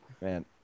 Man